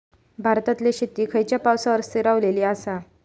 भारतातले शेती खयच्या पावसावर स्थिरावलेली आसा?